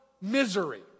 misery